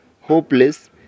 hopeless